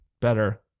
better